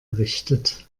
errichtet